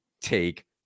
take